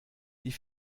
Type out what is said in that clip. die